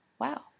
Wow